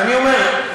אני יודע.